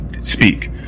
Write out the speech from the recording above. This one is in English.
speak